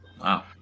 Wow